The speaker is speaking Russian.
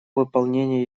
выполнении